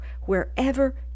wherever